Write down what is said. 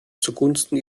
zugunsten